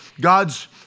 God's